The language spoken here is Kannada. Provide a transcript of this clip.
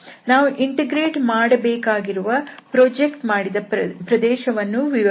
ನಾವು ಇಂಟಿಗ್ರೇಟ್ ಮಾಡಬೇಕಾಗಿರುವ ಪ್ರೊಜೆಕ್ಟ್ ಮಾಡಿದ ಪ್ರದೇಶವನ್ನೂ ವಿವರಿಸಿದ್ದೇವೆ